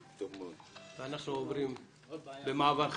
אנחנו עוברים במעבר חד.